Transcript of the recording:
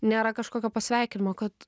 nėra kažkokio pasveikinimo kad